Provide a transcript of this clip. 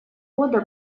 года